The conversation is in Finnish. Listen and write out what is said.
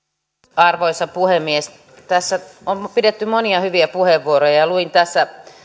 arvoisa puhemies tässä on pidetty monia hyviä puheenvuoroja luin tässä